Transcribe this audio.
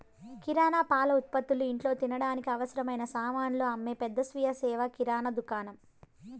కిరణా, పాల ఉత్పతులు, ఇంట్లో తినడానికి అవసరమైన సామానులు అమ్మే పెద్ద స్వీయ సేవ కిరణా దుకాణం